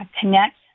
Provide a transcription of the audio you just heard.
connect